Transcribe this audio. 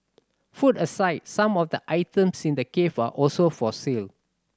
food aside some of the items in the cafe are also for sale